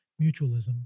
Mutualism